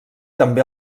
també